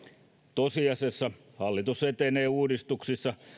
tosiasiassa hallitus etenee uudistuksissa